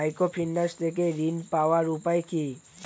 Microfinance থেকে ঋণ পাওয়ার উপায় কি?